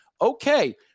Okay